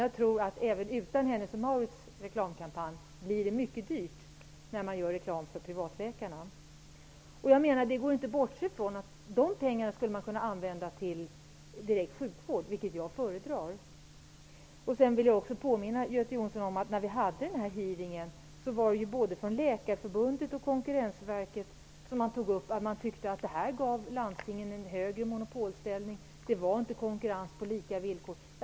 Jag tror att det blir mycket dyrt med reklamen för privatläkarna, även utan kostnaderna för Hennes & Mauritz reklamkampanj. Det går inte att bortse från att dessa pengar skulle kunna användas till direkt sjukvård, vilket jag föredrar. Jag vill också påminna Göte Jonsson om att både Läkarförbundet och Konkurrensverket, när vi hade vår hearing, tyckte att detta gav landstingen en högre monopolställning. Det blev inte konkurrens på lika villkor.